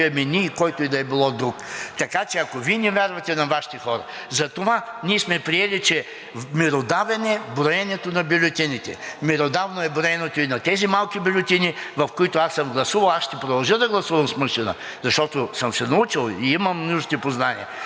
имаме ние и който и да е било друг, така че ако Вие не вярвате на Вашите хора… Затова ние сме приели, че меродавно е броенето на бюлетините, меродавно е и броенето на тези малки бюлетини, с които аз съм гласувал. Аз ще продължа да гласувам с машина, защото съм се научил и имам нужните познания.